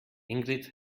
ingrid